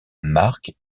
marc